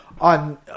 on